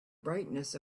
brightness